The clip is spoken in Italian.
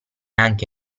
anche